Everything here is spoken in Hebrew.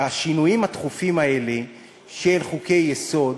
השינויים התכופים האלה של חוקי-יסוד